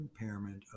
impairment